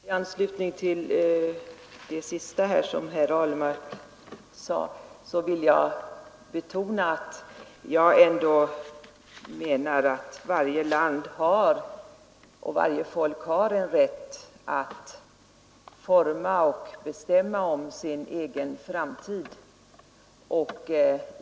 Herr talman! Jag vill bara i anslutning till det herr Ahlmark senast anförde betona att jag ändå menar att varje land och varje folk har en rätt att forma och bestämma om sin egen framtid.